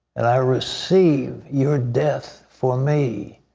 and i receive your death for me.